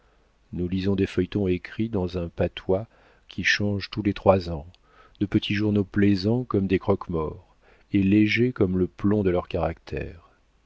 nous lisons des feuilletons écrits dans un patois qui change tous les trois ans de petits journaux plaisants comme des croque-morts et légers comme le plomb de leurs caractères